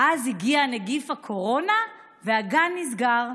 ואז הגיע נגיף הקורונה, והגן נסגר.